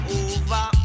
over